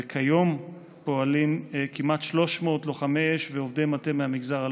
וכיום פועלים כמעט 300 לוחמי אש ועובדי מטה מהמגזר הלא-יהודי.